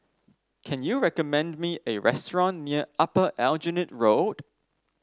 can you recommend me a restaurant near Upper Aljunied Road